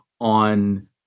on